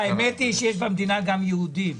האמת היא שיש במדינה גם יהודים.